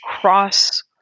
cross